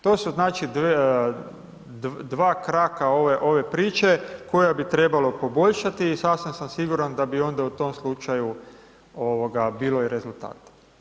To su, znači, dva kraka ove priče koja bi trebalo poboljšati i sasvam sam siguran da bi onda u tom slučaju bilo i rezultata.